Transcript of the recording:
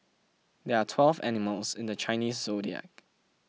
there are twelve animals in the Chinese zodiac